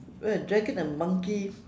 wait a dragon and a monkey